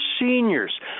seniors